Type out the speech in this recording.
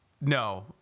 No